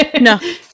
No